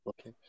okay